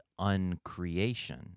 uncreation—